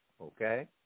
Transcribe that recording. okay